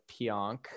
Pionk